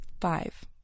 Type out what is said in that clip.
Five